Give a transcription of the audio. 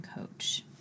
coach